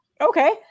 okay